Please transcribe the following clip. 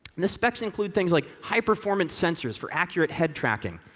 and the specs include things like high performance sensors for accurate head tracking,